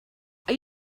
are